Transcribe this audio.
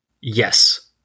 Yes